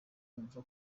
kumva